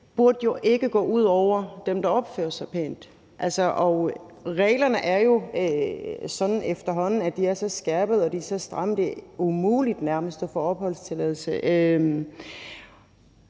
burde ikke gå ud over dem, der opfører sig pænt. Reglerne er jo efterhånden så skærpede og stramme, at det nærmest er umuligt at få opholdstilladelse.